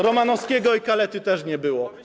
Romanowskiego i Kalety też nie było.